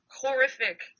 horrific